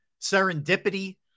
Serendipity